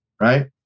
Right